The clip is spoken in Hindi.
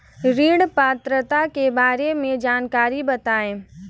ऋण पात्रता के बारे में जानकारी बताएँ?